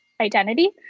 identity